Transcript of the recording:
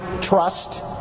trust